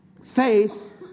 Faith